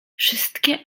wszystkie